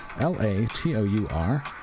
L-A-T-O-U-R